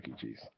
Cheese